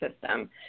system